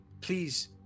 Please